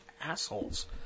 assholes